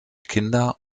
kinder